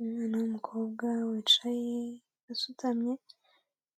Umwana w'umukobwa wicaye asutamye,